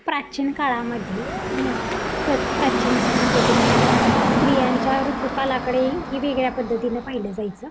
प्राचीन काळामध्ये प्रच प्र प्राचीन संस्कृतीमध्ये स्त्रियांच्या ऋतुकालाकडे ही वेगळ्या पद्धतीनं पाहिलं जायचं